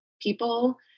people